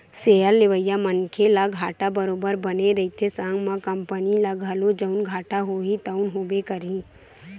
share लेवइया मनखे ल घाटा बरोबर बने रहिथे संग म कंपनी ल घलो जउन घाटा होही तउन होबे करही